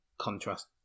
contrast